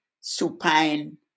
supine